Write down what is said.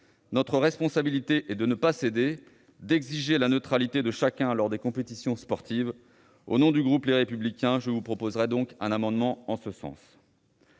Notre responsabilité est de ne pas céder, et d'exiger la neutralité de chacun lors des compétitions sportives. Au nom du groupe Les Républicains, je vous proposerai un amendement en ce sens.